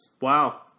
Wow